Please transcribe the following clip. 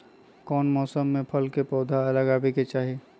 कौन मौसम में फल के पौधा लगाबे के चाहि?